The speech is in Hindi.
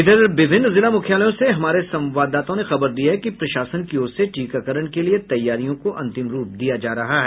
इधर विभिन्न जिला मुख्यालय से हमारे संवाददाताओं ने खबर दी है कि प्रशासन की ओर से टीकाकरण के लिए तैयारियों को अंतिम रूप दिया जा रहा है